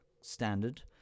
standard